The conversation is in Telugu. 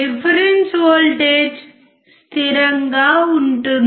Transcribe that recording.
రిఫరెన్స్ వోల్టేజ్ స్థిరంగా ఉంటుంది